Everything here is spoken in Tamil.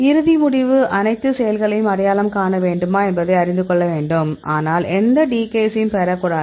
இறுதி முடிவு அனைத்து செயல்களையும் அடையாளம் காண வேண்டுமா என்பதை அறிந்து கொள்ள வேண்டும் ஆனால் எந்த டிகேசைய்யும் பெறக்கூடாது